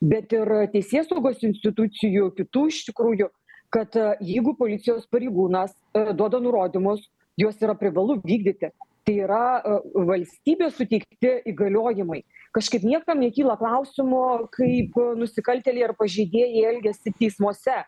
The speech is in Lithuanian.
bet ir teisėsaugos institucijų kitų iš tikrųjų kad jeigu policijos pareigūnas duoda nurodymus juos yra privalu vykdyti tai yra valstybės suteikti įgaliojimai kažkaip niekam nekyla klausimo kaip nusikaltėliai ar pažeidėjai elgiasi teismuose